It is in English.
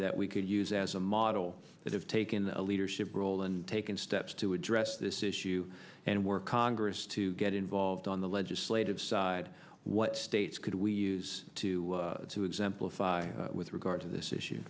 that we could use as a model that have taken the leadership role and taken steps to address this issue and work congress to get involved on the legislative side what states could we use to to exemplify with regard to this issue